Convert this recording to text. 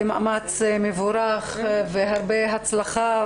מאמץ מבורך והרבה הצלחה.